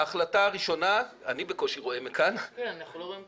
ההחלטה הראשונה שלי הייתה היא לא מופיעה במצגת